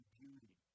beauty